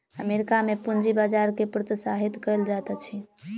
America में पूंजी बजार के प्रोत्साहित कयल जाइत अछि